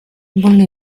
bully